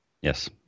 yes